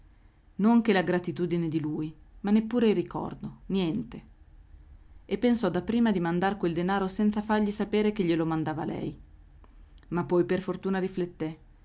che la gratitudine di lui ma neppure il ricordo niente e pensò dapprima di mandar quel denaro senza fargli sapere che glielo mandava lei ma poi per fortuna rifletté